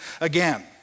again